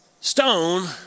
Stone